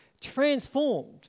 transformed